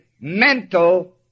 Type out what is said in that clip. mental